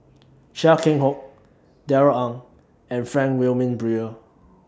Chia Keng Hock Darrell Ang and Frank Wilmin Brewer